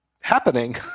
happening